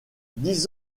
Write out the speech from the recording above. dix